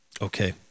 Okay